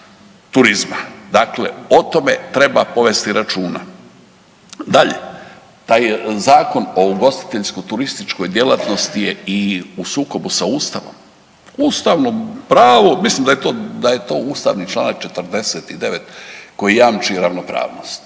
turizma, dakle o tome treba povesti računa. Dalje, taj Zakon o ugostiteljsko-turističkoj djelatnosti je i u sukobu sa Ustavom, ustavno pravo mislim da je to ustavni čl. 49. koji jamči ravnopravnost.